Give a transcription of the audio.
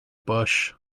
bush